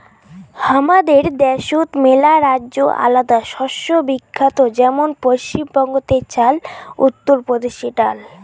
হামাদের দ্যাশোত মেলারাজ্যে আলাদা শস্য বিখ্যাত যেমন পশ্চিম বঙ্গতে চাল, উত্তর প্রদেশে ডাল